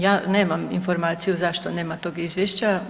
Ja nemam informaciju zašto nema tog Izvješća.